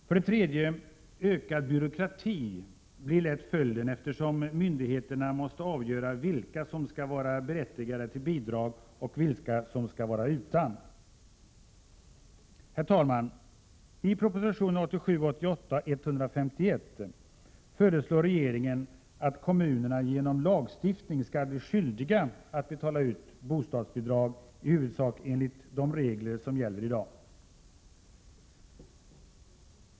För det tredje blir ökad byråkrati lätt följden, eftersom myndigheterna måste avgöra vilka som skall vara berättigade till bidrag och vilka som skall vara utan. Herr talman! I proposition 1987/88:151 föreslår regeringen att kommunerna genom lagstiftning skall bli skyldiga att betala ut bostadsbidrag i huvudsak enligt de regler som gäller i dag.